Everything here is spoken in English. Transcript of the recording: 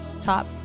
top